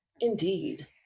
indeed